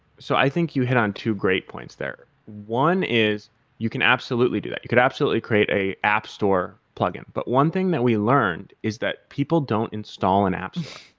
so i think you hit on two great points there. one is you can absolutely do that. you could absolutely create an app store plug-in. but one thing that we learned is that people don't install an app